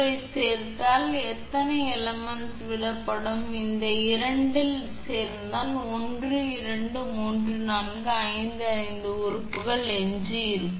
அதாவது நீங்கள் s மற்றும் 3 இல் சேர்ந்தால் எத்தனை எலிமென்ட்ஸ் விடப்படும் இந்த இரண்டில் சேர்ந்தால் 1 2 3 4 5 5 உறுப்புகள் எஞ்சியிருக்கும்